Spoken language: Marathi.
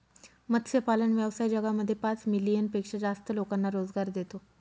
मत्स्यपालन व्यवसाय जगामध्ये पाच मिलियन पेक्षा जास्त लोकांना रोजगार देतो